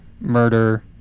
murder